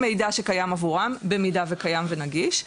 במידה שקיים ונגיש,